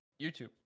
YouTube